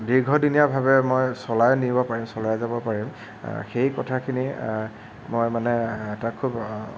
দীৰ্ঘদিনীয়াভাৱে মই চলাই নিব পাৰিম চলাই যাব পাৰিম সেই কথাখিনি মই মানে এটা খুব